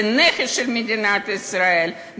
זה נכס של מדינת ישראל,